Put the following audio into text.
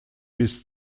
bis